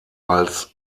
als